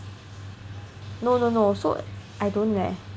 no no no so I don't leh